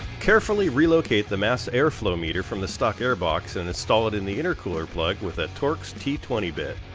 carefully relocate the mass air flow meter from the stock air box and install it in the intercooler plug with a torx t ten bit.